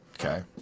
okay